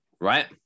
right